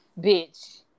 bitch